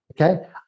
Okay